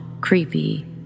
creepy